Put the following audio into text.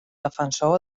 defensor